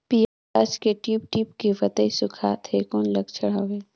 पियाज के टीप टीप के पतई सुखात हे कौन लक्षण हवे?